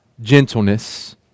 gentleness